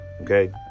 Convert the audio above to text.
Okay